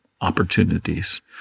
opportunities